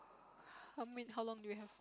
how many how long do we have